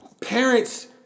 parents